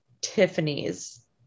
tiffany's